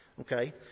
Okay